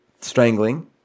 strangling